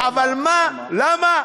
למה?